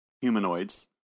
humanoids